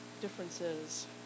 differences